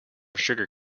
sugar